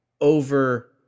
over